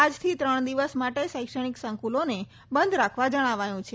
આજથી ત્રણ દિવસ માટે શૈક્ષણિક સંકુલોને બંધ રાખવા જણાવાયું છે